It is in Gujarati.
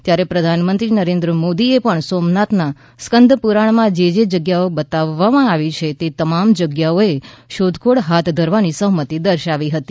ત્યારે પ્રધાનમંત્રી નરેન્દ્ર મોદીએ પણ સોમનાથમાં સ્કંદપુરાણમા જે જે જગ્યાઓ બતાવવામાં આવી છે તે તમામ જગ્યાઓએ શોધખોળ હાથ ધરવાની સહમતી દર્શાવી હતી